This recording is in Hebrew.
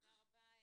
תודה רבה,